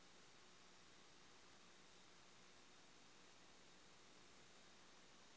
मुई बचत खता कुनियाँ से खोलवा सको ही?